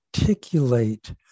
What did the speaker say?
articulate